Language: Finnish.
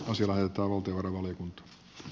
silloin ravut eivät ole nyt e